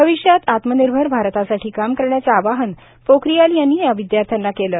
भविष्यात आत्मनिर्भर भारतासाठी काम करण्याचं आवाहन पोखरियाल यांनी या विद्यार्थ्यांना केलं